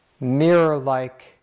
mirror-like